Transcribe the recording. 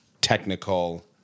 technical